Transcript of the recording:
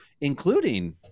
including